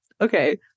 okay